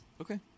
Okay